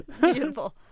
Beautiful